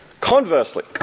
Conversely